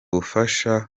bufasha